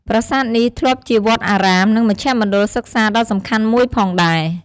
ប្រាសាទនេះធ្លាប់ជាវត្តអារាម និងមជ្ឈមណ្ឌលសិក្សាដ៏សំខាន់មួយផងដែរ។